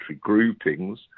groupings